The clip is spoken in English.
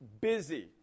Busy